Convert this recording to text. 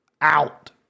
out